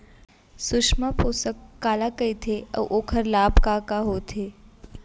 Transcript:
सुषमा पोसक काला कइथे अऊ ओखर लाभ का का होथे?